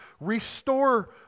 restore